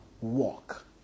walk